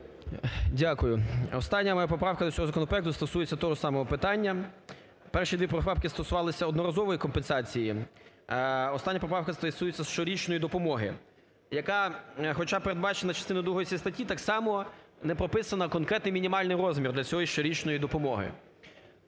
Дякую. Остання моя поправка до цього законопроекту стосується того ж самого питання. Перші дві поправки стосувалися одноразової компенсації, а остання поправка стосується щорічної допомоги, яка хоча передбачена частиною другою цієї статті так само не прописано конкретний мінімальний розмір для цієї щорічної допомоги.